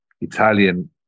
Italian